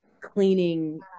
cleaning